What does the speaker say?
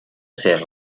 ser